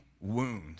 wound